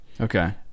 Okay